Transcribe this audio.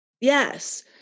yes